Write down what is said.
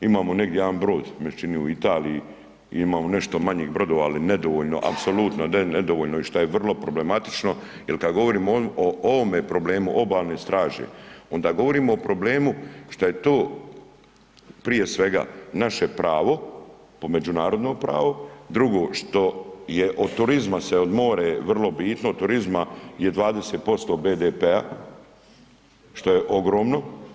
Imamo negdje jedan broj, meni se čini u Italiji i imamo nešto manjih brodova, ali nedovoljno apsolutno da je nedovoljno i šta je vrlo problematično jel kada govorim o ovome problemu obalne straže onda govorimo o problemu šta je to prije svega naše pravo po međunarodno pravo, drugo što je od turizma se, more je vrlo bitno, od turizma je 20% BDP-a, što je ogromno.